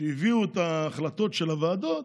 כשהביאו את ההחלטות של הוועדות,